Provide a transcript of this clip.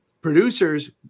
producers